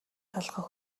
толгой